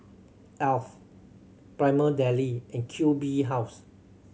Alf Prima Deli and Q B House